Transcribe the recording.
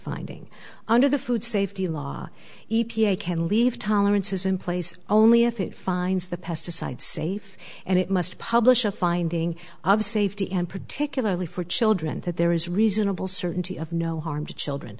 finding under the food safety law e p a can leave tolerances in place only if it finds the pesticide safe and it must publish a finding of safety and particularly for children that there is reasonable certainty of no harm to children